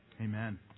Amen